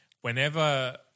Whenever